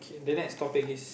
the next topic is